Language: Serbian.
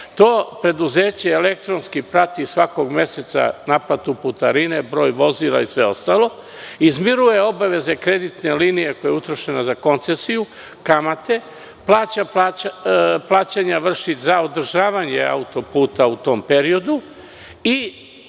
To preduzeće elektronski prati, svakog meseca, naplatu putarine, broj vozila i sve ostalo; izmiruje obaveze kreditne linije koja je utrošena za koncesiju, kamate; plaćanja vrši za održavanje autoputa u tom periodu i